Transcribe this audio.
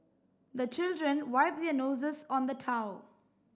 the children wipe their noses on the towel